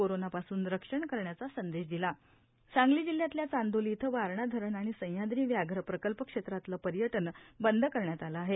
corona पासून रक्षण करण्याचा संदेश दिला सांगली जिल्ह्यातल्या चांदोली इथलं वारणा धरण आणि सह्याद्री व्याघ्र प्रकल्प क्षेत्रातलं पर्यटन बंद करण्यात आलं आहे